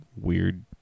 Weird